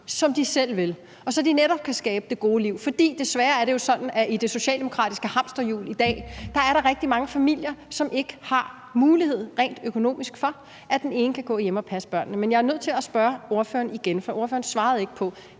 som de selv vil, og så de netop kan skabe det gode liv. For desværre er det jo sådan, at der i det socialdemokratiske hamsterhjul i dag er rigtig mange familier, som rent økonomisk ikke har mulighed for, at den ene kan gå hjemme og passe børnene. Men jeg er nødt til at stille spørgsmålet til ordføreren igen, for ordføreren svarede ikke: